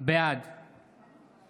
בעד